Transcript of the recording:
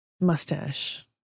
Mustache